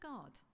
God